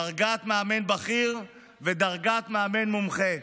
דרגת מאמן בכיר ודרגת מאמן מומחה.